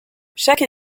chaque